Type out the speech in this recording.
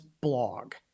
blog